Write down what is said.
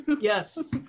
yes